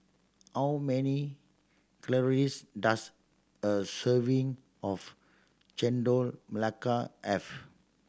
how many calories does a serving of Chendol Melaka have